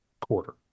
quarter